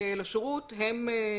בסדר,